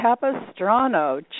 Capistrano